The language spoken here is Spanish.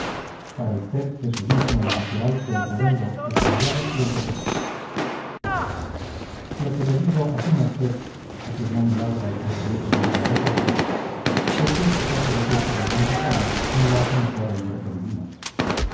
para usted es lo mismo el natural que el redondo el cambiado y el de pecho lo que le digo a zumercé afirmó milagro al concluir la lidia del tercero es que este pase de pecho de d rafael no lo hace mejor el verbo divino